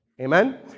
amen